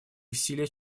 усилия